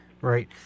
Right